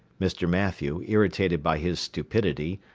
mr. mathew, irritated by his stupidity,